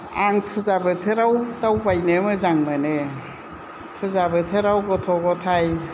आं फुजा बोथोराव दावबायनो मोजां मोनो फुजा बोथोराव गथ' गथाय